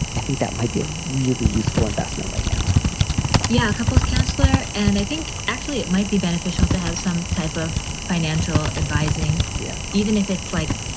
i think that might be a really useful investment right now yeah. couples counselor. and i think actually it might be beneficial to have some type of financial advising. yeah. even if it's like,